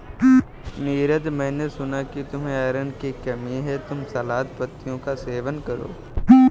नीरज मैंने सुना कि तुम्हें आयरन की कमी है तुम सलाद पत्तियों का सेवन करो